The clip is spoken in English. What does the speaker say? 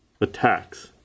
attacks